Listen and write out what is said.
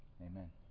Amen